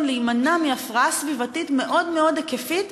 להימנע מהפרעה סביבתית מאוד מאוד היקפית,